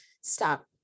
stop